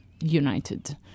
united